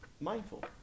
mindful